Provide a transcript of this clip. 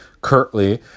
curtly